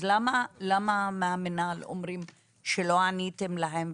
למה מהמינהל אומרים שלא עניתם להם?